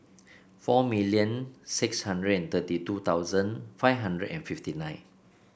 four million six hundred and thirty two thousand five hundred and fifty nine